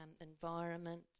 environment